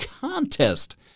contest